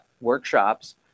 workshops